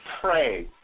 Pray